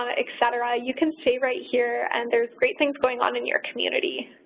ah etc. you can stay right here and there's great things going on in your community.